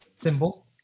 symbol